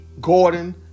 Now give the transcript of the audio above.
Gordon